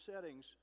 settings